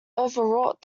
overwrought